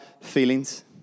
feelings